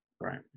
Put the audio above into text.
Right